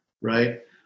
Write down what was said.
right